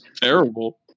Terrible